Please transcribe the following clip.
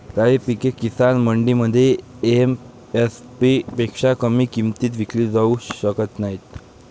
काही पिके किसान मंडईमध्ये एम.एस.पी पेक्षा कमी किमतीत विकली जाऊ शकत नाहीत